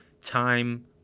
time